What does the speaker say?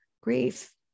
grief